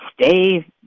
stay